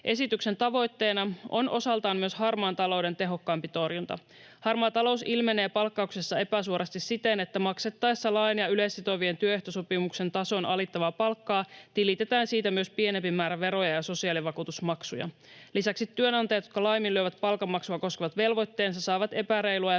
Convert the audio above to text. Esityksen tavoitteena on osaltaan myös harmaan talouden tehokkaampi torjunta. Harmaa talous ilmenee palkkauksessa epäsuorasti siten, että maksettaessa lain ja yleissitovien työehtosopimusten tason alittavaa palkkaa, tilitetään siitä myös pienempi määrä veroja ja sosiaalivakuutusmaksuja. Lisäksi työnantajat, jotka laiminlyövät palkanmaksua koskevat velvoitteensa, saavat epäreilua ja